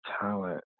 talent